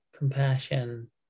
Compassion